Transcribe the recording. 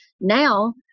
Now